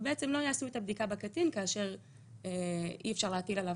ובעצם לא יעשו את הבדיקה בקטין כאשר אי אפשר להטיל עליו